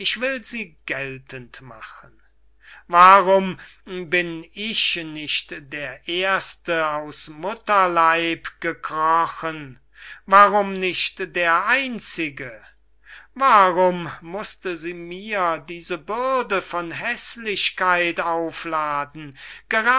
will sie geltend machen warum bin ich nicht der erste aus mutterleib gekrochen warum nicht der einzige warum mußte sie mir diese bürde von häßlichkeit aufladen